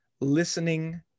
listening